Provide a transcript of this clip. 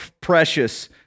precious